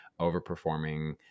overperforming